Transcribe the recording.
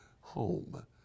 home